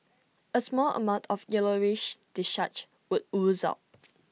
A small amount of yellowish discharge would ooze out